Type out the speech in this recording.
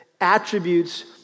attributes